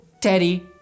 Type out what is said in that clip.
Teddy